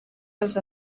dels